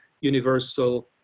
universal